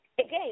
again